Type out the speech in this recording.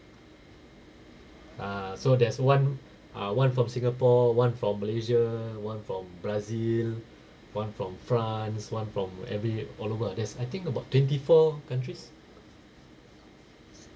ah so there's one uh one from singapore [one] from malaysia one from brazil [one] from france one from every all over ah I think there's about twenty-four countries